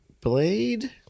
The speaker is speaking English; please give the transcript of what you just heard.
Blade